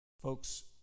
Folks